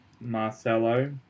Marcelo